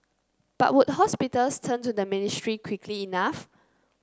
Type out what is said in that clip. but would hospitals turn to the ministry quickly enough